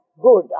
good